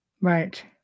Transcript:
Right